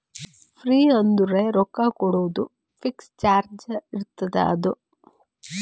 fee ಅಂದುರ್ ರೊಕ್ಕಾ ಕೊಡೋದು ಫಿಕ್ಸ್ ಚಾರ್ಜ್ ಇರ್ತುದ್ ಅದು